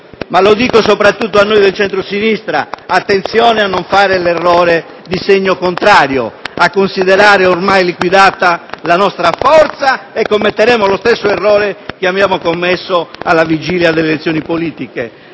ma lo dico soprattutto a noi del centro-sinistra: attenzione a non fare l'errore di segno contrario, a considerare ormai liquidata la nostra forza perché commetteremmo lo stesso errore che abbiamo commesso alla vigilia delle elezioni politiche.